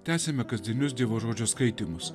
tęsiame kasdienius dievo žodžio skaitymus